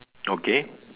okay